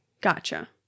Gotcha